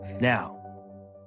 Now